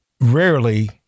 rarely